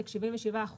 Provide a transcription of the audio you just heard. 77%,